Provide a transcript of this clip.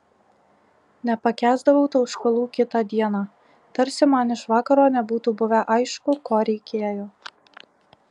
nepakęsdavau tauškalų kitą dieną tarsi man iš vakaro nebūtų buvę aišku ko reikėjo